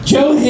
Joe